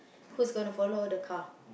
who's gonna follow the car